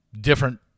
Different